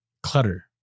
Clutter